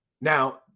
Now